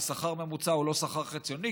כי שכר ממוצע הוא לא שכר חציוני,